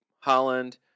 Holland